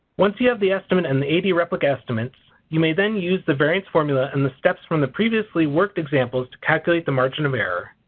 once you have the estimate and the eighty replicate estimates you may then use the variance formula and the steps from the previously worked examples to calculate the margin of error.